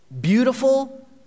beautiful